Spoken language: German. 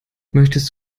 möchtest